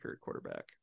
quarterback